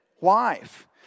wife